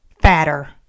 fatter